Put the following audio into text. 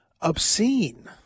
obscene